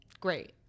Great